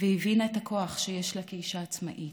והבינה את הכוח שיש לה כאישה עצמאית.